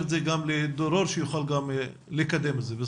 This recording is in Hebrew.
את זה גם לדרור שיוכל גם לקדם את זה,